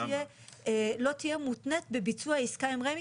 לא תהיה מותנית בביצוע עיסקה עם רמ"י,